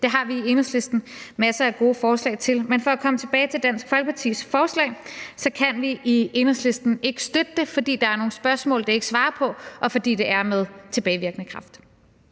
har vi i Enhedslisten masser af gode forslag til. Men for at komme tilbage til Dansk Folkepartis forslag vil jeg sige, at vi i Enhedslisten ikke kan støtte det, fordi der er nogle spørgsmål, det ikke svarer på, og fordi det er med tilbagevirkende kraft.